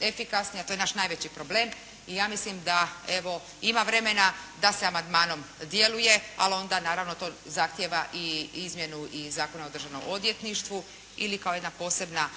efikasniji a to je naš najveći problem, i ja mislim evo ima vremena da se amandmanom djeluje, ali onda naravno to zahtijeva izmjenu i Zakona o Državnom odvjetništvu ili kao jedna posebna